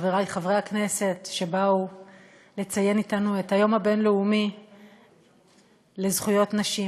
חברי חברי הכנסת שבאו לציין אתנו את היום הבין-לאומי לזכויות נשים,